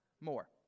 more